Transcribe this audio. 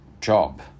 job